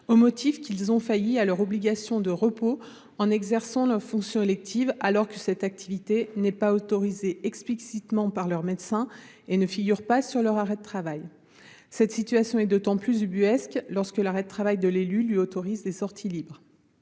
au motif qu'ils ont failli à l'obligation de repos en exerçant leurs fonctions électives, alors que cette activité n'est pas autorisée explicitement par leur médecin et ne figure pas sur leur arrêt de travail. Cette situation est d'autant plus ubuesque lorsque l'arrêt de travail autorise à l'élu des sorties libres